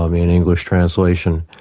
um in english translation,